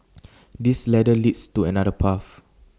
this ladder leads to another path